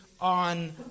on